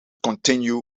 continue